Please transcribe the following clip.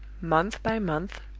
month by month,